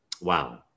Wow